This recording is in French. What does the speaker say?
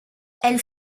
elles